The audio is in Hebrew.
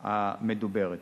המדוברת.